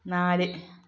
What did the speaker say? നാല്